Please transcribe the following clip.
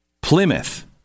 Plymouth